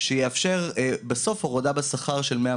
שיאפשר בסוף הורדה בשכר של 100,